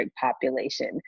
population